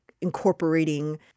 incorporating